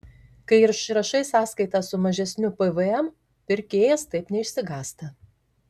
kai išrašai sąskaitą su mažesniu pvm pirkėjas taip neišsigąsta